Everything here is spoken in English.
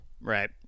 Right